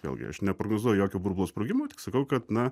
vėlgi aš neprognozuoju jokio burbulo sprogimo tik sakau kad na